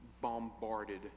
bombarded